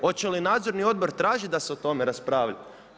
Hoće li nadzorni odbor tražiti da se o tome raspravlja?